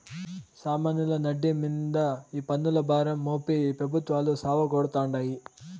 సామాన్యుల నడ్డి మింద ఈ పన్నుల భారం మోపి ఈ పెబుత్వాలు సావగొడతాండాయి